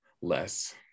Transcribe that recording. less